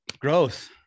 Growth